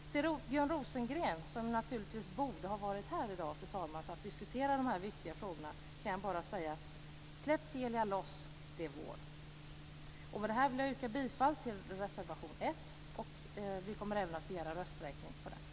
Till Björn Rosengren, som naturligtvis borde ha varit här för att diskutera dessa viktiga frågor, ska jag bara säga: Släpp Telia loss, det är vår! Med detta yrkar jag bifall till reservation 1, och vi kommer även att begära rösträkning på den.